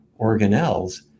organelles